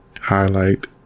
highlight